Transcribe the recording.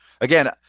Again